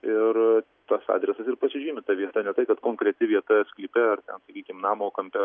ir tuos adresus ir pasižymi ta vieta ne tai kad konkreti vieta sklype ar ten sakykim namo kampe